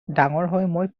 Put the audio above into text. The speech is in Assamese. ডাঙৰ